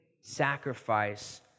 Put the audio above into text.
sacrifice